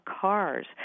cars